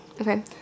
okay